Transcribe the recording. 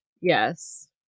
Yes